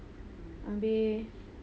abeh